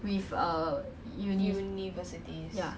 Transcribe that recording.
I forgot already sometimes only top three